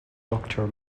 doctor